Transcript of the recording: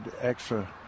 extra